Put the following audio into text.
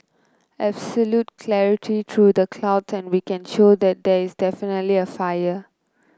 absolute clarity through the cloud and we can show that there is definitely a fire